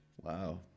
Wow